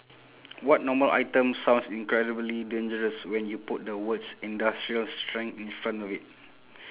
what normal item sounds incredibly dangerous when you put the words industrial strength in front of it